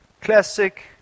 Classic